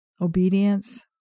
obedience